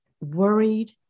worried